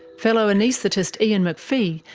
fellow anaesthetist ian mcphee,